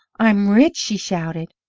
i'm rich! she shouted.